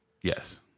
Yes